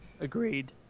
Agreed